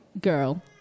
girl